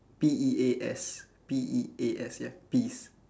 P E A S P E A S ya peas